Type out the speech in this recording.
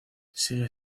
sigue